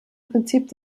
prinzip